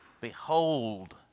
Behold